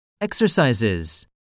Exercises